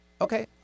Okay